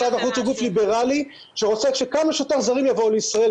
משרד החוץ הוא גוף ליברלי שרוצה שכמה שיותר זרים יבואו לישראל,